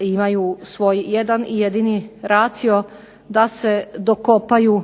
imaju svoj jedan i jedini racio da se dokopaju